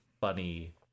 funny